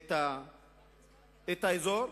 את האזור.